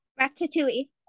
Ratatouille